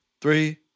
three